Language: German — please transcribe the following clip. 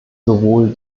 sowohl